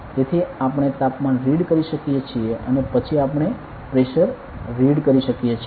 તેથી આપણે તાપમાન રીડ કરી શકીએ છીએ અને પછી આપણે પ્રેશર રીડ કરી શકીએ છીએ